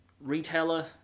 retailer